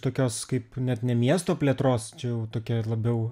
tokios kaip net ne miesto plėtros čia jau tokia ir labiau